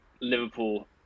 Liverpool